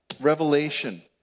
Revelation